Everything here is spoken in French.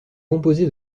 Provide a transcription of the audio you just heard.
composé